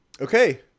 Okay